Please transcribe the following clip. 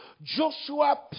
joshua